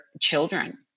children